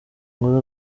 inkuru